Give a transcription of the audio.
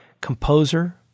composer